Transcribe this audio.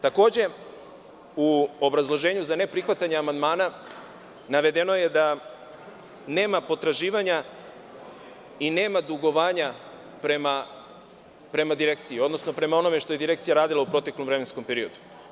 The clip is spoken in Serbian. Takođe, u obrazloženju za neprihvatanje amandmana navedeno je da nema potraživanja i nema dugovanja prema Direkciji, odnosno prema onome što je Direkcija radila u proteklom vremenskom periodu.